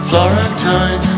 Florentine